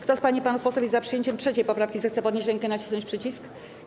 Kto z pań i panów posłów jest za przyjęciem 3. poprawki, zechce podnieść rękę i nacisnąć przycisk.